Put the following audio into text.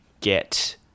get